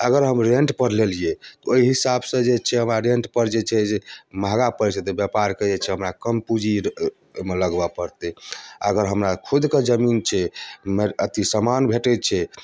अगर हम रेन्टपर लेलियै तऽ ओहि हिसाबसँ जे छै हमरा रेन्टपर जे छै जे मँहगा पड़ि जेतै व्यापारके जे छै हमरा कम पूँजी ओइमे लगबऽ पड़तै अगर हमरा खुदके जमीन छै मारि अथी सामान भेटै छै